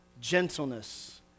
gentleness